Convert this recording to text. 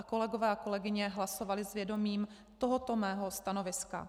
Kolegové a kolegyně hlasovali s vědomím tohoto mého stanoviska.